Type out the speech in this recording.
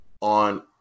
on